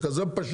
זה כזה פשוט.